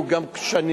והוא גם שנים,